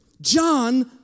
John